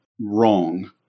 wrong